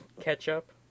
Ketchup